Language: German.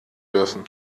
dürfen